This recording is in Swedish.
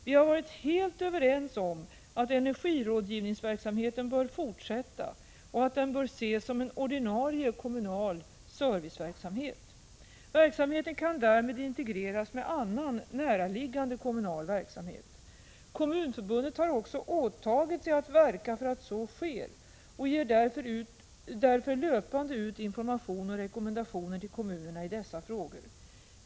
Vi har varit helt överens om att energirådgivningsverksamheten bör fortsätta och att den bör ses som en ordinarie kommunal serviceverksamhet. Verksamheten kan därmed integreras med annan närliggande kommunal verksamhet. Kommunförbundet har också åtagit sig att verka för att så sker och ger därför löpande ut information och rekommendationer till kommunerna i dessa frågor.